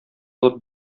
алып